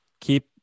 keep